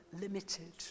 limited